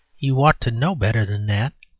you ought to know better than that,